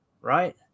right